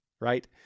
right